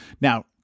Now